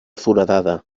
foradada